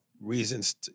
reasons